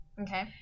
Okay